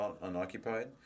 unoccupied